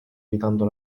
evitando